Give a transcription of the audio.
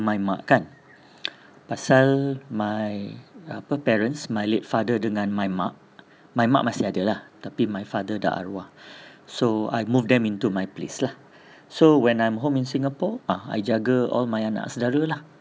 my mak kan pasal my apa parents my late father dengan my mak my mak masih ada lah tapi my father dah arwah so I moved them into my place lah so when I'm home in singapore ah I jaga all my anak sedara lah